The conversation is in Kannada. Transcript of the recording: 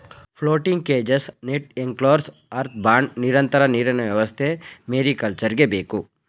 floating cages, net enclosures, earth pond, ನಿರಂತರ ನೀರಿನ ವ್ಯವಸ್ಥೆ ಮೇರಿಕಲ್ಚರ್ಗೆ ಬೇಕು